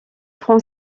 prend